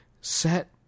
set